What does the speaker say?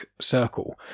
circle